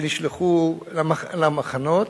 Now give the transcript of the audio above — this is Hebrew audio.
שנשלחו למחנות,